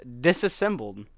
Disassembled